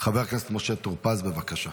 חבר הכנסת משה טור פז, בבקשה.